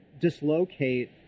dislocate